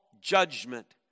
judgment